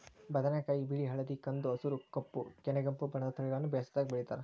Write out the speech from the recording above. ಬದನೆಕಾಯಿ ಬಿಳಿ ಹಳದಿ ಕಂದು ಹಸುರು ಕಪ್ಪು ಕನೆಗೆಂಪು ಬಣ್ಣದ ತಳಿಗಳನ್ನ ಬೇಸಾಯದಾಗ ಬೆಳಿತಾರ